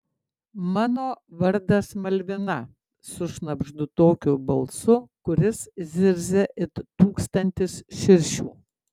mano vardas malvina sušnabždu tokiu balsu kuris zirzia it tūkstantis širšių